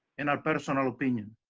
in our personal opinion,